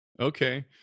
Okay